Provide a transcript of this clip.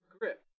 grip